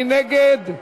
מי נגד?